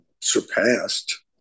surpassed